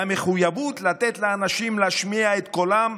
והמחויבות לתת לאנשים להשמיע את קולם,